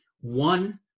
One